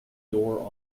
door